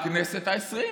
הכנסת העשרים.